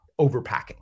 overpacking